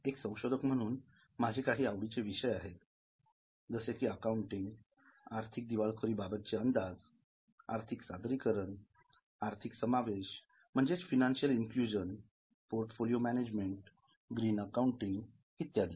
एक संशोधक म्हणून माझे काही आवडीचे विषय आहेत जसे की अकाउंटिंग आर्थिक दिवाळखोरी बाबतचे अंदाजआर्थिक सादरीकरण आर्थिक समावेश म्हणजेच financial inclusion portfolio management green accounting इत्यादी